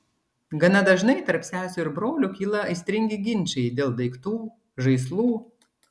gana dažnai tarp sesių ir brolių kyla aistringi ginčai dėl daiktų žaislų